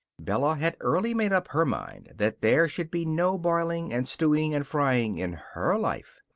bella had early made up her mind that there should be no boiling and stewing and frying in her life.